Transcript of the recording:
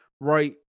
right